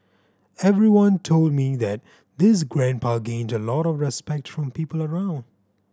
everyone told me that this grandpa gained a lot of respect from people around